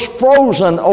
frozen